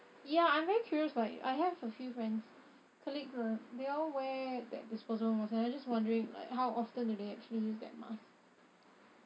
ya I'm very curious like I have a few friends colleagues ah they all wear that disposal mask and I'm just wondering like how often do they actually use that mask